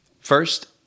First